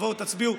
תבואו ותצביעו.